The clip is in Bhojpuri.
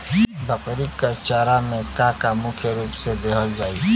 बकरी क चारा में का का मुख्य रूप से देहल जाई?